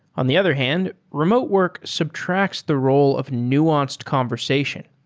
on the other hand, remote work subtracts the role of nuanced conversation.